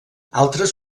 altres